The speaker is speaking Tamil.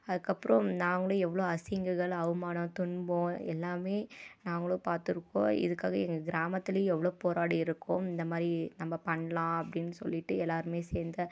அதுக்கப்புறோம் நாங்களும் எவ்வளோ அசிங்கங்கள் அவமானம் துன்பம் எல்லாமே நாங்களும் பார்த்துருக்கோம் இதுக்காக எங்கள் கிராமத்திலையும் எவ்வளோ போராடி இருக்கோம் இந்த மாதிரி நம்ப பண்ணலாம் அப்படின்னு சொல்லிவிட்டு எல்லோருமே சேர்ந்து